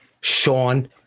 Sean